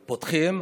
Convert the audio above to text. פותחים,